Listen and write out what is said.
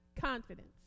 confidence